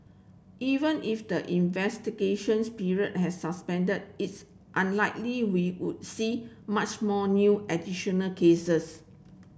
even if the investigation's period has suspended it's unlikely we would see much more new additional cases